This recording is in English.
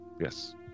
Yes